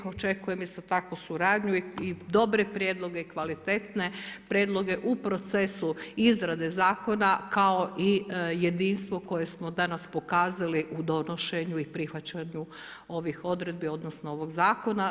Očekujem isto tako suradnju i dobre prijedloge i kvalitetne prijedloge u procesu izrade zakona kao i jedinstvo koje smo danas pokazali u donošenju i prihvaćanju ovih odredbi odnosno ovog zakona.